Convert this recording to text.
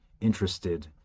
interested